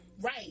Right